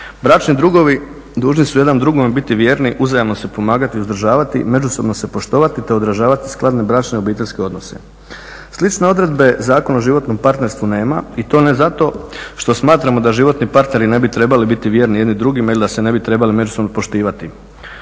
bračni drugovi dužni su jedan drugome biti vjerni, uzajamno se pomagati i uzdržavati, međusobno se poštovati te održavati skladne bračne i obiteljske odnose. Slične odredbe Zakon o životnom partnerstvu nema i to ne zato što smatramo da životni partneri ne bi trebali biti vrijedni jedni drugima ili da se ne bi trebali međusobno poštivati.